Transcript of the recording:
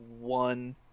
one